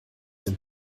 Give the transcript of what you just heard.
dem